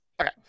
Okay